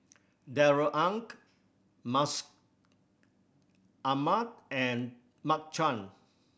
Darrell Ang Mustaq Ahmad and Mark Chan